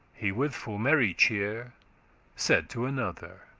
he with full merry cheer said to another,